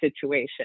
situation